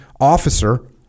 officer